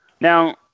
Now